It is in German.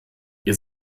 ihr